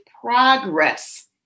progress